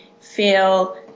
feel